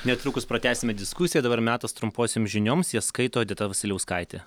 netrukus pratęsime diskusiją dabar metas trumposioms žinioms jas skaito odeta vasiliauskaitė